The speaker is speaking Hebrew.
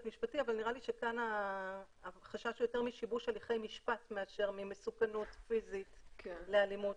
שכאן החשש הוא יותר משיבוש הליכי משפט מאשר ממסוכנות פיזית לאלימות.